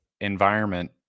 environment